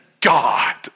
God